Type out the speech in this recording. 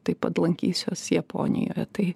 taip pat lankysiuos japonijoje tai